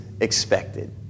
expected